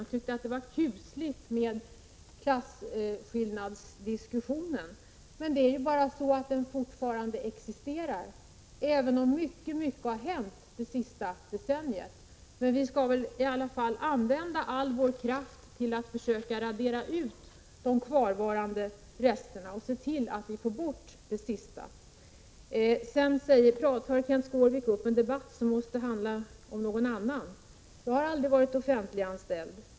Han tyckte att klasskillnadsdiskussionen var kuslig. Men det är ju så att skillnaderna fortfarande existerar, även om mycket har hänt under det senaste decenniet. Men vi skall väl använda all vår kraft för att försöka radera ut de kvarvarande resterna. Sedan tog Kenth Skårvik upp en debatt som måste handla om någon annan än mig. Jag har aldrig varit offentliganställd.